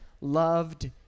loved